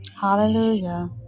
Hallelujah